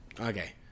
Okay